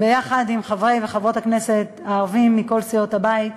ביחד עם חברי וחברות הכנסת הערבים מכל סיעות הבית,